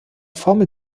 formel